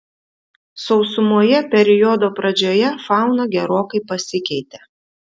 sausumoje periodo pradžioje fauna gerokai pasikeitė